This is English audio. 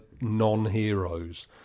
non-heroes